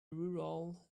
rural